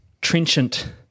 trenchant